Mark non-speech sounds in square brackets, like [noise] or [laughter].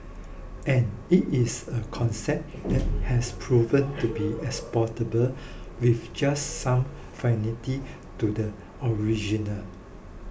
and it is a concept that has proven to be exportable with just some [unintelligible] to the original